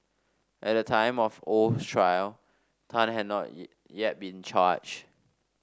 at the time of oh's trial Tan had not yet been charged